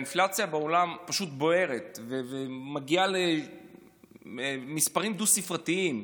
שבה האינפלציה בעולם פשוט בוערת ומגיעה למספרים דו-ספרתיים.